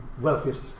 wealthiest